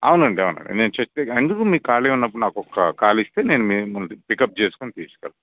అవునండి అవును నేను చర్చి ఎందుకు మీకు ఖాళీగా ఉన్నప్పుడు నాకు ఒక్క కాల్ ఇస్తే నేను మిమ్మల్ని పిక్ అప్ చేసుకొని తీసుకువెళ్తా